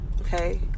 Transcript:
okay